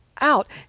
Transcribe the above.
out